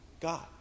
God